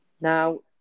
Now